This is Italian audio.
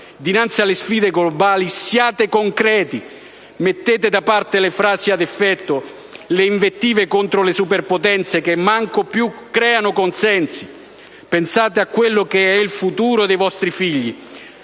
Dinanzi alle sfide globali siate concreti. Mettete da parte le frasi ad effetto e le invettive contro le superpotenze, che manco più creano consensi. Pensate a quello che è il futuro dei vostri figli,